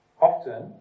Often